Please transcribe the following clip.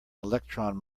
electron